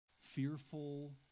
fearful